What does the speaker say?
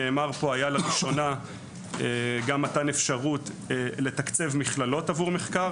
לראשונה ניתנה אפשרות לתקצב גם מכללות עבור מחקר,